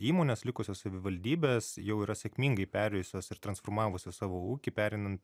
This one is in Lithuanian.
įmonės likusios savivaldybės jau yra sėkmingai perėjusios ir transformavusios savo ūkį pereinant